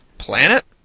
planet?